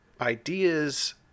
ideas